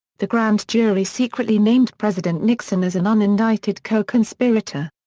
the grand jury secretly named president nixon as an unindicted co-conspirator.